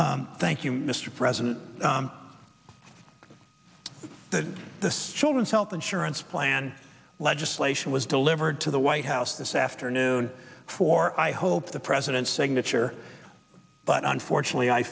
thank you mr president the children's health insurance plan legislation was delivered to the white house this afternoon for i hope the president's signature but unfortunately i